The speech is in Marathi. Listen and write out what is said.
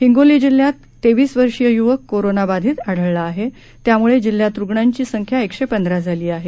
हिंगोली जिल्ह्यात तेवीस वर्षीय युवक कोरोना बाधित आढळला आहे त्यामुळे जिल्ह्यात रुग्णांची संख्या एकशे पंधरा झाली आहे